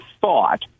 thought